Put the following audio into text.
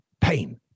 pain